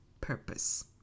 purpose